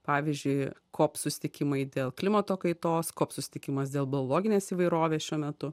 pavyzdžiui kop susitikimai dėl klimato kaitos kop susitikimas dėl biologinės įvairovės šiuo metu